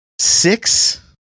six